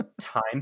time